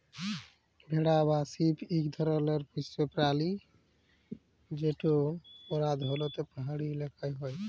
ভেড়া বা শিপ ইক ধরলের পশ্য পেরালি যেট পরধালত পাহাড়ি ইলাকায় হ্যয়